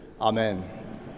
Amen